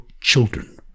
children